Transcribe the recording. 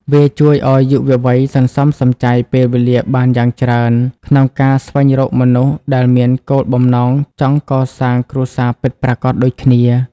វាជួយឱ្យយុវវ័យសន្សំសំចៃពេលវេលាបានយ៉ាងច្រើន ក្នុងការស្វែងរកមនុស្សដែលមានគោលបំណងចង់កសាងគ្រួសារពិតប្រាកដដូចគ្នា។